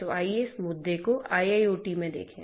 तो आइए इस मुद्दे को IIoT में देखें